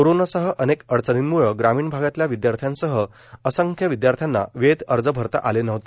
कोरोनासह अनेक अडचणींम्ळे ग्रामीण भागातल्या विद्यार्थ्यांसह असंख्य विद्यार्थ्यांना वेळेत अर्ज भरता आले नव्हते